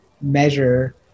measure